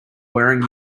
wearing